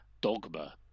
dogma